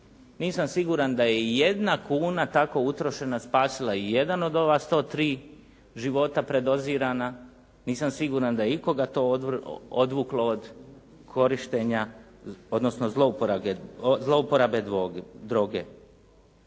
Nisam siguran da je i jedna kuna tako utrošena spasila i jedan od ova 103 života predozirana, nisam siguran da je ikoga to odvrglo od korištenja, odnosno zlouporabe droge.